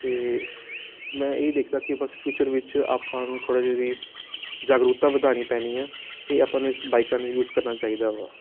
ਅਤੇ ਮੈਂ ਇਹ ਦੇਖਦਾ ਕਿ ਬਸ ਫਿਊਚਰ ਵਿੱਚ ਆਪਾਂ ਨੂੰ ਥੋੜ੍ਹਾ ਜਿਹਾ ਇਹਦੀ ਜਾਗਰੂਕਤਾ ਵਧਾਉਣੀ ਪੈਣੀ ਆ ਅਤੇ ਆਪਾਂ ਨੂੰ ਇਸ ਬਾਈਕਾਂ ਨੂੰ ਯੂਜ਼ ਕਰਨਾ ਚਾਹੀਦਾ ਵਾ